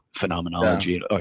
phenomenology